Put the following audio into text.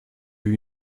you